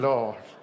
Lord